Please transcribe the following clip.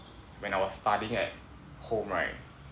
when I was studying at home right